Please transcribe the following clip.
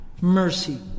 mercy